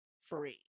free